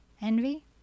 envy